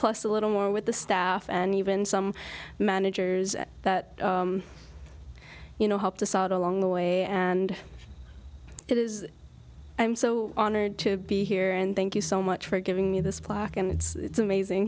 plus a little more with the staff and even some managers at that you know helped assad along the way and it is i'm so honored to be here and thank you so much for giving me this plaque and it's amazing